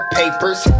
papers